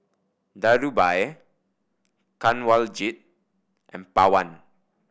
Dhirubhai Kanwaljit and Pawan